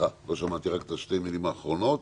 דשמיא כמו שאתם אומרים.